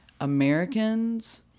Americans